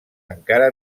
encara